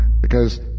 because